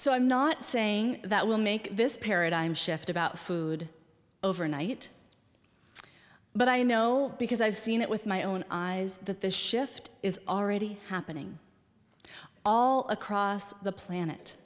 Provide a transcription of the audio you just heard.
so i'm not saying that will make this paradigm shift about food overnight but i know because i've seen it with my own eyes that this shift is already happening all across the planet